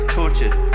tortured